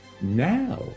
Now